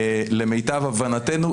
למיטב הבנתנו,